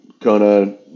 Kona